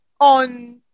on